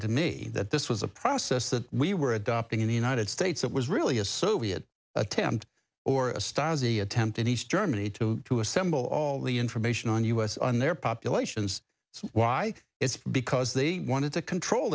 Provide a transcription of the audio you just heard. to me that this was a process that we were adopting in the united states that was really a soviet attempt or a stasi attempt in east germany to to assemble all the information on us on their populations so why it's because they wanted to control